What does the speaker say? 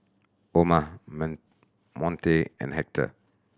Oma Monte and Hector